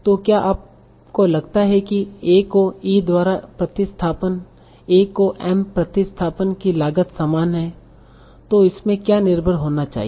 तो क्या आपको लगता है कि a को e द्वारा प्रतिस्थापन a को m प्रतिस्थापन की लागत समान हैतो इसमें क्या निर्भर होना चाहिए